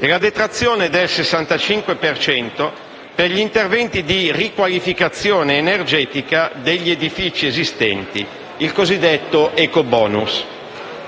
e la detrazione del 65 per cento per gli interventi di riqualificazione energetica degli edifici esistenti, il cosiddetto ecobonus.